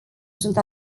sunt